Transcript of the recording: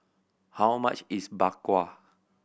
how much is Bak Kwa